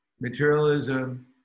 materialism